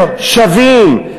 הם שבים,